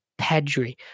Pedri